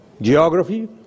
Geography